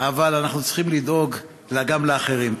אבל אנחנו צריכים לדאוג גם לאחרים.